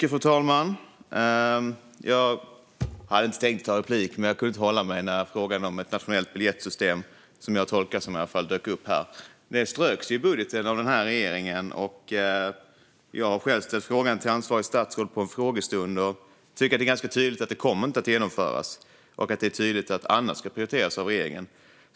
Fru talman! Patrik Jönsson tog upp frågan om ett nationellt biljettsystem. Det ströks ur regeringens budget, och när jag ställde en fråga om det till ansvarigt statsråd under en frågestund blev det tydligt att det inte kommer att genomföras och att regeringen prioriterar annat.